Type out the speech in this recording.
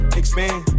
expand